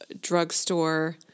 drugstore